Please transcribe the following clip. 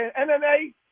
MMA